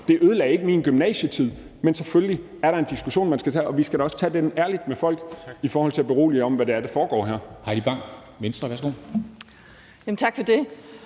det ødelagde ikke min gymnasietid. Men selvfølgelig er der en diskussion, man skal tage, og vi skal da også tage den ærligt med folk i forhold til at berolige om, hvad det er, der foregår her.